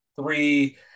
three